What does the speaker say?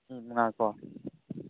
ꯃꯤ ꯃꯉꯥ ꯀꯣ